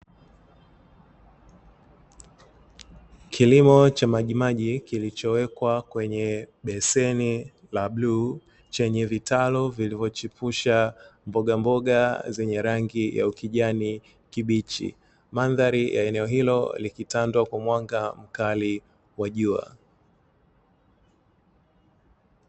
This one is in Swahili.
Kilimo cha majimaji kilichowekwa kwenye beseni la bluu, chenye vitalu vilivyochipusha mbogamboga zenye rangi ya ukijani kibichi. Mandhari ya eneo hilo likitandwa kwa mwanga mkali wa jua.